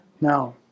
Now